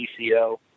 PCO